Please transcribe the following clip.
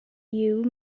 you